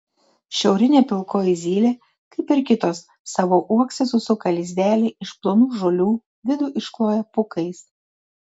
šiaurinė pilkoji zylė kaip ir kitos savo uokse susuka lizdelį iš plonų žolių vidų iškloja pūkais